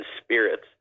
spirits